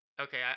Okay